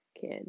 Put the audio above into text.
kid